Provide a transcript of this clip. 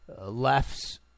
left's